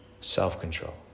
self-control